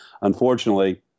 unfortunately